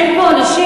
אין פה עונשים.